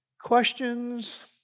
Questions